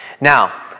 Now